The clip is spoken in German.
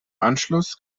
anschluss